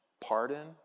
pardon